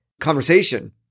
conversation